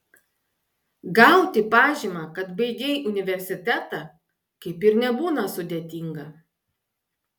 gauti pažymą kad baigei universitetą kaip ir nebūna sudėtinga